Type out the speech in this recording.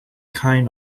kind